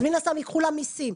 אז מן הסתם ייקחו לה מיסים.